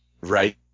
right